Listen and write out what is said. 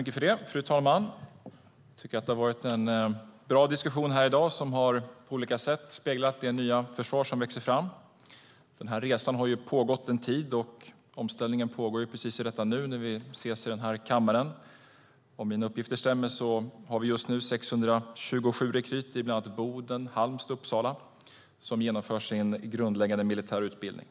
Fru talman! Jag tycker att det har varit en bra diskussion här i dag som på olika sätt har speglat det nya försvar som växer fram. Den här resan har pågått en tid, och omställningen pågår precis i detta nu. Om mina uppgifter stämmer har vi just nu 627 rekryter i bland annat Boden, Halmstad och Uppsala som genomför sin grundläggande militära utbildning.